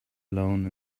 alone